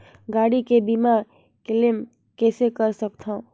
गाड़ी के बीमा क्लेम कइसे कर सकथव?